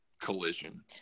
collision